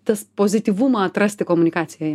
tas pozityvumą atrasti komunikacijoje